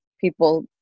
people